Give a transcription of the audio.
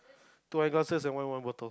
two wine glasses and one wine bottle